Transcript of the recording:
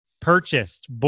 purchased